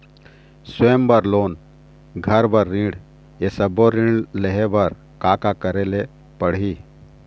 स्वयं बर लोन, घर बर ऋण, ये सब्बो ऋण लहे बर का का करे ले पड़ही?